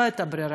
לא הייתה ברירה.